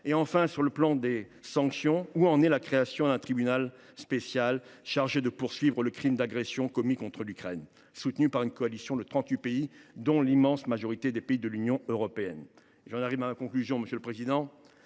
? Enfin, sur le plan des sanctions, où en est la création d’un tribunal spécial chargé de poursuivre le crime d’agression commis contre l’Ukraine, soutenu par une coalition de trente huit pays, dont l’immense majorité des pays de l’Union européenne ? La guerre en Ukraine restera